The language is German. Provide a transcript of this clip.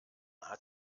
hat